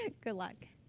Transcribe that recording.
ah good luck.